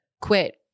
quit